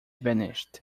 vanished